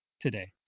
today